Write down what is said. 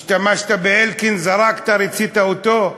השתמשת באלקין, זרקת, ריצית אותו?